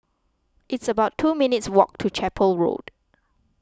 it's about two minutes' walk to Chapel Road